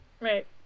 right